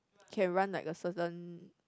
can run like a certain